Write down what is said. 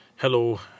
Hello